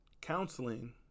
counseling